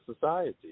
society